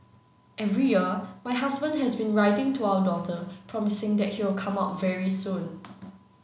every year my husband has been writing to our daughter promising that he will come out very soon